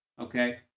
okay